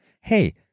Hey